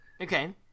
Okay